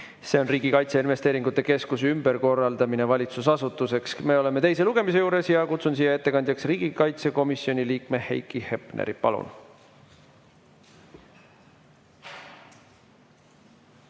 seaduse (Riigi Kaitseinvesteeringute Keskuse ümberkorraldamine valitsusasutuseks) eelnõu 590, me oleme teise lugemise juures. Kutsun siia ettekandjaks riigikaitsekomisjoni liikme Heiki Hepneri. Palun!